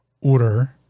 order